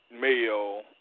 male